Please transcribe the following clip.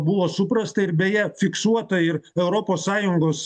buvo suprasta ir beje fiksuota ir europos sąjungos